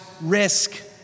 risk